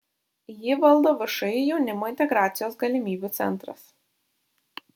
jį valdo všį jaunimo integracijos galimybių centras